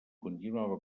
continuava